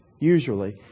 usually